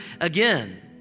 again